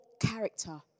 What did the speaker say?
character